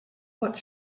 but